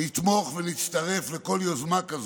נתמוך ונצטרף לכל יוזמה כזאת.